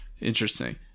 Interesting